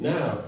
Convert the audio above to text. Now